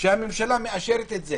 כשהממשלה מאשרת את זה